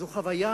זו חוויה